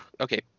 okay